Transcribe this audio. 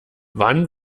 wann